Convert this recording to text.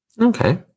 Okay